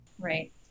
Right